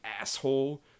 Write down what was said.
asshole